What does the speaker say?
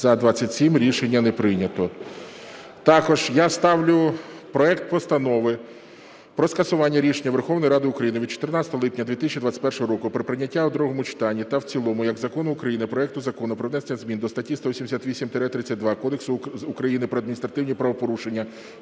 За-27 Рішення не прийнято. Також я ставлю проект Постанови про скасування рішення Верховної Ради України від 14 липня 2021 року про прийняття у другому читанні та в цілому як закону України проекту Закону про внесення змін до статті 188-32 Кодексу України про адміністративні правопорушення